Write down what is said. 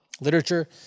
Literature